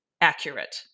accurate